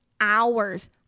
hours